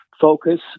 focus